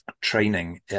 training